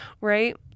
Right